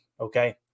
okay